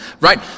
right